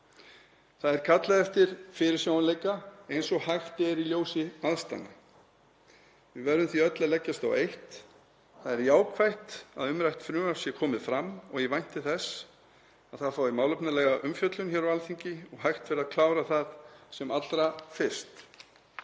Það er kallað eftir fyrirsjáanleika eins og hægt er í ljósi aðstæðna. Við verðum því öll að leggjast á eitt. Það er jákvætt að umrætt frumvarp sé komið fram og ég vænti þess að það fái málefnalega umfjöllun á Alþingi og hægt verði að klára það sem allra fyrst.